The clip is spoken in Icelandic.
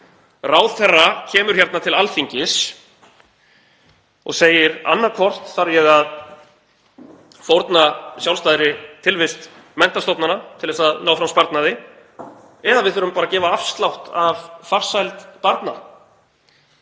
Ráðherra kemur hér til Alþingis og segir: Annaðhvort þarf ég að fórna sjálfstæðri tilvist menntastofnana til að ná fram sparnaði eða við þurfum að gefa afslátt af farsæld barna.